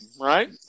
right